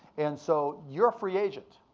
and so you're a free agent.